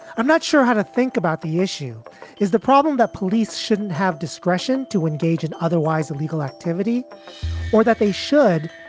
i'm not sure how to think about the issue is the problem that police shouldn't have discretion to engage in otherwise illegal activity or that they should,